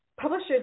Publishers